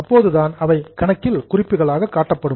அப்போதுதான் அவை கணக்கில் குறிப்புகளாக காணப்படும்